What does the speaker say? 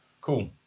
Cool